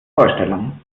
vorstellung